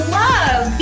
love